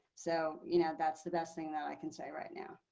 so, you know, that's the best thing that i can say right now.